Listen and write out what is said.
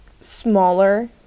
smaller